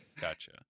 gotcha